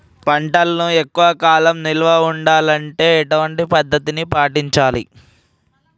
పంటలను ఎక్కువ కాలం నిల్వ ఉండాలంటే ఎటువంటి పద్ధతిని పాటించాలే?